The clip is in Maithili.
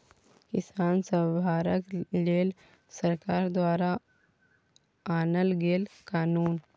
किसान सभक लेल सरकार द्वारा आनल गेल कानुन